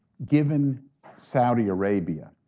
given saudi arabia,